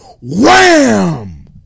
wham